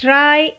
Try